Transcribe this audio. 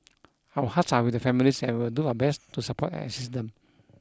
our hearts are with the families and will do our best to support and assist them